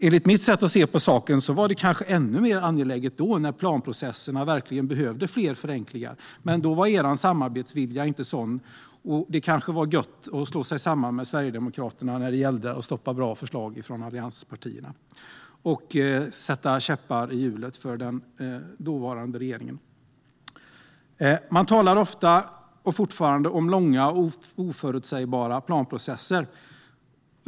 Enligt mitt sätt att se på saken var det kanske ännu mer angeläget då, när planprocesserna behövde fler förenklingar, men då var er samarbetsvilja inte sådan. Och det kanske var gött att slå sig samman med Sverigedemokraterna när det gällde att stoppa bra förslag från allianspartierna och sätta käppar i hjulen för den dåvarande regeringen. Man talar fortfarande och ofta om långa och oförutsägbara planprocesser.